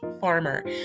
Farmer